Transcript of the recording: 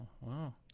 Wow